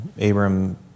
Abram